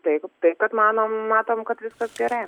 taip tai kad manom matom kad viskas gerai